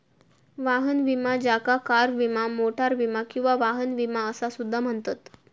वाहन विमा ज्याका कार विमा, मोटार विमा किंवा वाहन विमा असा सुद्धा म्हणतत